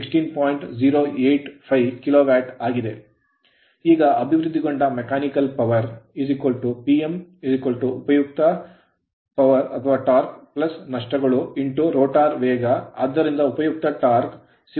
ಈಗ ಅಭಿವೃದ್ಧಿಗೊಂಡ Mechanical Power ಯಾಂತ್ರಿಕ ಶಕ್ತಿ Pm ಉಪಯುಕ್ತ torqur ಟಾರ್ಕ್ ನಷ್ಟಗಳು rotor ರೋಟರ್ ವೇಗ ಆದ್ದರಿಂದ ಉಪಯುಕ್ತ torqur ಟಾರ್ಕ್ 160Nm ಮತ್ತು ನಷ್ಟವನ್ನು 10Nm ನೀಡಲಾಗಿದೆ